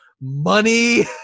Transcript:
money